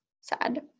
Sad